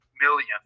million